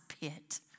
pit